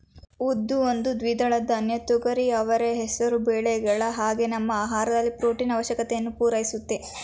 ಉದ್ದು ಒಂದು ದ್ವಿದಳ ಧಾನ್ಯ ತೊಗರಿ ಅವರೆ ಹೆಸರು ಬೇಳೆಗಳ ಹಾಗೆ ನಮ್ಮ ಆಹಾರದಲ್ಲಿ ಪ್ರೊಟೀನು ಆವಶ್ಯಕತೆಯನ್ನು ಪೂರೈಸುತ್ತೆ